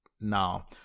now